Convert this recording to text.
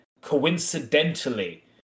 coincidentally